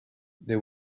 they